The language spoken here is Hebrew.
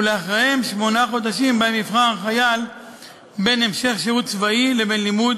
ולאחריהם שמונה חודשים שבהם יבחר החייל בין המשך שירות צבאי לבין לימוד